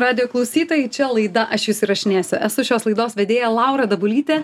radijo klausytojai čia laida aš jus įrašinėsiu esu šios laidos vedėja laura dabulytė